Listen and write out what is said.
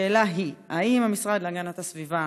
השאלות הן: 1. האם המשרד להגנת הסביבה